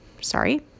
Sorry